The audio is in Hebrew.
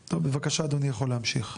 טוב, בבקשה, אדוני יכול להמשיך,